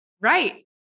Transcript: Right